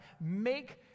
Make